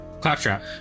Claptrap